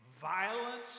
violence